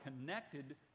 connected